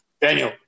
Daniel